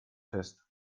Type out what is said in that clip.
fest